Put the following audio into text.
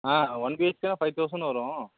ஆ one பிஹெச்கேன்னா five thousand வரும்